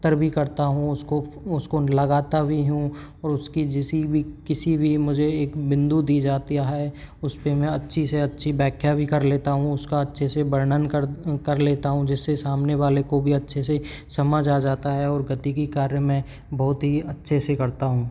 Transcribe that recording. उत्तर भी करता हूँ उसको उसको लगाता भी हूँ और उसकी जिस भी किसी भी मुझे बिंदु दिया जाता है उस पर मैं अच्छी से अच्छी व्याख्या भी कर लेता हूँ उसका अच्छे से वर्णन कर लेता हूँ जिससे सामने वाले को भी अच्छे से समझ आ जाता है और गतिकी कार्य में बहुत ही अच्छे से करता हूँ